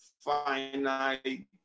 finite